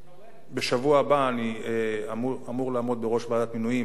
בשבוע הבא אני אמור לעמוד בראש ועדת מינויים